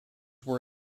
were